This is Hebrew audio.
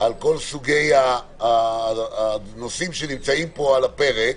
על כל סוגי הנושאים שנמצאים פה על הפרק